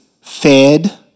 fed